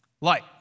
Light